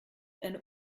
eine